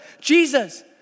Jesus